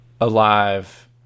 alive